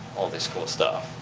all this cool stuff.